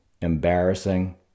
embarrassing